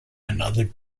another